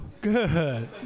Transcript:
Good